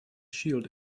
shield